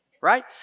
right